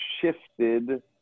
shifted